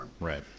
Right